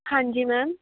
ਹਾਂਜੀ ਮੈਮ